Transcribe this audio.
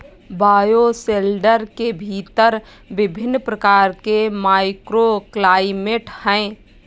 bioshelter के भीतर विभिन्न प्रकार के माइक्रोक्लाइमेट हैं